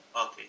Okay